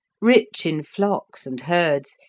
rich in flocks and herds,